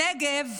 הנגב,